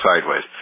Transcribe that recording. sideways